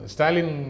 Stalin